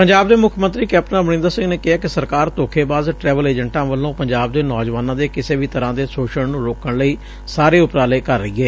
ਪੰਜਾਬ ਦੇ ਮੁੱਖ ਮੰਤਰੀ ਕੈਪਟਨ ਅਮਰੰਦਰ ਸਿੰਘ ਨੇ ਕਿਹੈ ਕਿ ਸਰਕਾਰ ਧੋਖੇਬਾਜ਼ ਟਰੈਵਲ ਏਜੰਟਾਂ ਵੱਲੋਂ ਪੰਜਾਬ ਦੇ ਨੌਜੁਆਨਾਂ ਦੇ ਕਿਸੇ ਵੀ ਤਰ੍ਾਾ ਦੇ ਸੋਸ਼ਣ ਨੁੰ ਰੋਕਣ ਲਈ ਸਾਰੇ ਉਪਰਾਲੇ ਕਰ ਰਹੀ ਏ